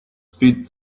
feed